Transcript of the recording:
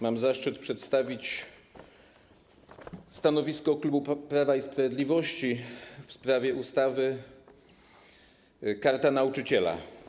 Mam zaszczyt przedstawić stanowisko klubu Prawa i Sprawiedliwości w sprawie ustawy o zmianie ustawy - Karta Nauczyciela.